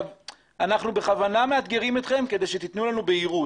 אנחנו בכוונה מאתגרים אתכם כדי שתיתנו לנו בהירות.